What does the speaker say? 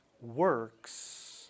Works